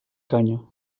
canya